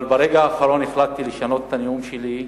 אבל ברגע האחרון החלטתי לשנות את הנאום שלי,